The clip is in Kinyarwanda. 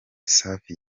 safi